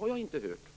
har jag inte hört om.